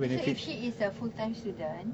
so if she is a full time student